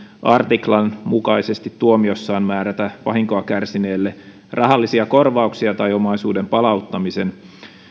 artiklan mukaisesti tuomiossaan määrätä vahinkoa kärsineelle rahallisia korvauksia tai omaisuuden palauttamisen